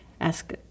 ask